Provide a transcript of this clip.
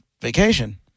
vacation